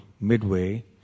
midway